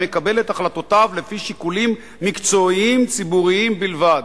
המקבל את החלטותיו לפי שיקולים מקצועיים ציבוריים בלבד.